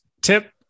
tip